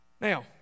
Now